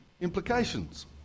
implications